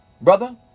Brother